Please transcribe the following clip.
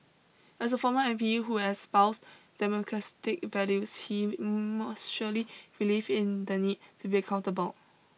as a former M P who espoused values he must surely believe in the need to be accountable